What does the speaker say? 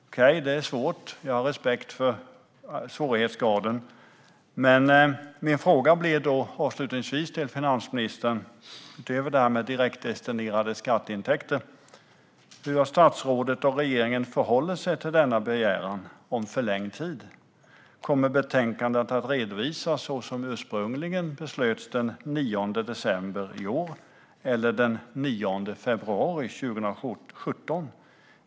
Okej, jag har respekt för svårighetsgraden, men min fråga om detta med direktdestinerade skatteintäkter till finansministern blir då avslutningsvis: Hur har statsrådet och regeringen förhållit sig till denna begäran om förlängd tid? Kommer betänkandet att redovisas den 9 december i år, såsom ursprungligen beslutades, eller kommer det att redovisas den 9 februari 2017?